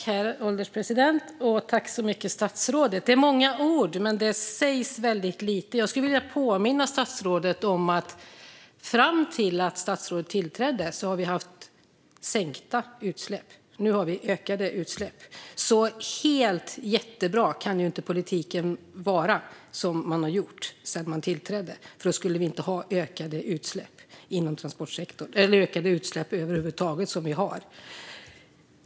Herr ålderspresident och statsrådet! Det är många ord, men det sägs väldigt lite. Jag skulle vilja påminna statsrådet om att vi fram till dess att hon tillträdde hade sänkta utsläpp. Nu har vi ökade utsläpp. Så där helt jättebra kan alltså inte den politik vara som regeringen har fört sedan den tillträdde, för då skulle vi inte ha ökade utsläpp inom transportsektorn eller ökade utsläpp över huvud taget - vilket vi har.